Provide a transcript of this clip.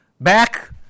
back